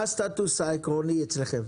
מה הסטטוס העקרוני אצלכם,